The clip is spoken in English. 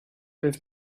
with